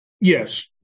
Yes